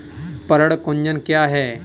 पर्ण कुंचन क्या है?